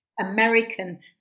American